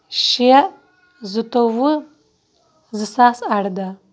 شےٚ زٕتووُہ زٕ ساس اَرداہ